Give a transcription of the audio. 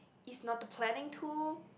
is not to planning to